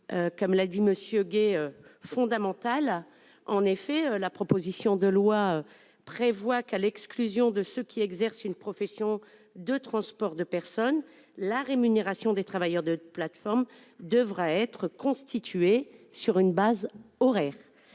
comme l'a dit M. Gay. En effet, la proposition de loi prévoit que, à l'exclusion de ceux qui exercent une activité de transport de personnes, la rémunération des travailleurs des plateformes numériques « devra être constituée sur une base horaire.